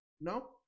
no